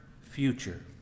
future